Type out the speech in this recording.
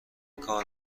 کار